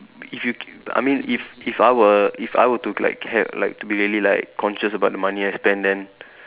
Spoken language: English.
if you I mean if if I were if I were to like care like to be really like conscious about the money I spend then